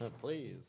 Please